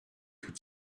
tout